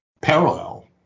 parallel